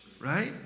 right